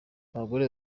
abagore